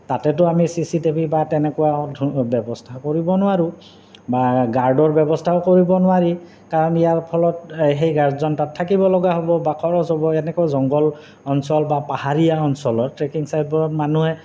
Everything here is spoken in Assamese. তাতেতো আমি চি চি টি ভি বা তেনেকুৱা ব্যৱস্থা কৰিব নোৱাৰোঁ বা গাৰ্ডৰ ব্যৱস্থাও কৰিব নোৱাৰি কাৰণ ইয়াৰ ফলত সেই গাৰ্ডজন তাত থাকিব লগা হ'ব বা খৰচ হ'ব এনেকুৱা জংঘল অঞ্চল বা পাহাৰীয়া অঞ্চলৰ ট্ৰেকিং চাইটবোৰত মানুহে